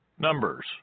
Numbers